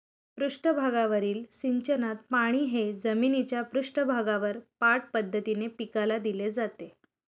पृष्ठभागावरील सिंचनात पाणी हे जमिनीच्या पृष्ठभागावर पाठ पद्धतीने पिकाला दिले जाते